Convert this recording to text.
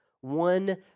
one